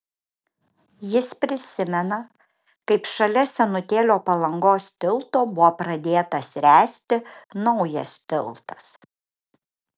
jis prisimena kaip šalia senutėlio palangos tilto buvo pradėtas ręsti naujas tiltas